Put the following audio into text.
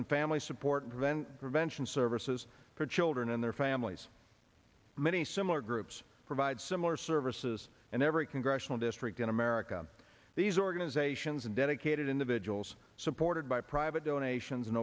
and family support vent prevention services for children and their families many similar groups provide similar services and every congressional district in america these organizations and dedicated individuals supported by private donations